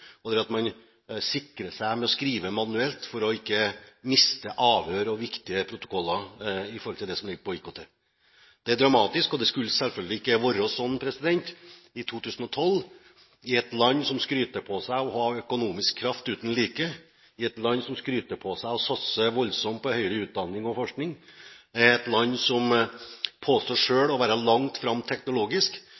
man sikrer seg med å skrive manuelt for ikke å miste avhør og viktige protokoller i forhold til det som ligger på IKT. Det er dramatisk, og det skulle selvfølgelig ikke være sånn i 2012. I et land som skryter på seg å ha en økonomisk kraft uten like, i et land som skryter på seg å satse voldsomt på høyere utdanning og forskning, i et land som påstår